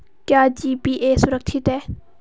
क्या जी.पी.ए सुरक्षित है?